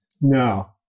No